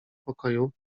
pokoju